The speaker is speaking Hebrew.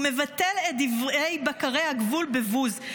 הוא מבטל את דברי בקרי הגבול בבוז,